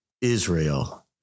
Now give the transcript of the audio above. Israel